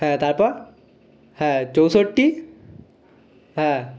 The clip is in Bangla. হ্যাঁ তারপর হ্যাঁ চৌষট্টি হ্যাঁ